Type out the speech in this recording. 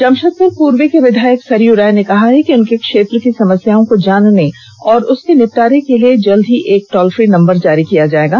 जमशेदपुर पूर्वी के विधायक सरयू राय ने कहा है कि उनके क्षेत्र की समस्याओं को जानने और उसके निपटारे के लिए शीघ्र एक टोल फ्री नंबर जारी किया जायेगा